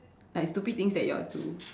like stupid things that you all do